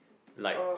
like